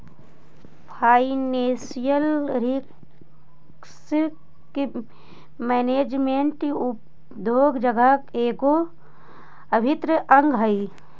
financial risk management उद्योग जगत के गो अभिन्न अंग हई